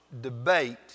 debate